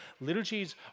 Liturgies